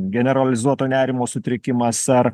generalizuoto nerimo sutrikimas ar